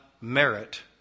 merit